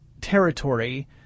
territory